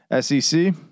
sec